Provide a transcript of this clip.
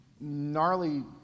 gnarly